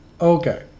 Okay